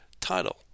title